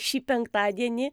šį penktadienį